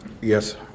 Yes